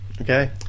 okay